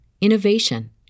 innovation